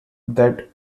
that